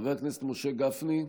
חבר הכנסת משה גפני,